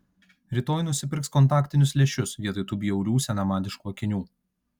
rytoj nusipirks kontaktinius lęšius vietoj tų bjaurių senamadiškų akinių